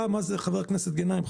חבר הכנסת גנאים,